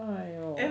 !haiyo!